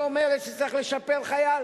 שאומרת שצריך לצ'פר חייל